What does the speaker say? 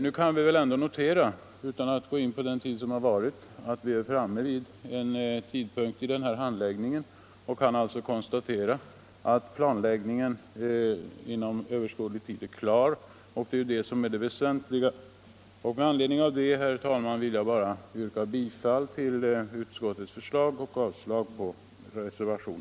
Utan att gå in på den tid som varit kan vi emellertid nu konstatera att vi är framme vid en tidpunkt i handläggningen där vi kan se att planläggningen kommer att klarna inom överskådlig tid, och det är ju det väsentliga. Med anledning därav, herr talman, yrkar jag bifall till utskottets hemställan.